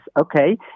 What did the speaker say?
okay